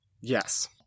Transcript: Yes